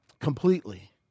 completely